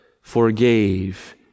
forgave